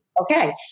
Okay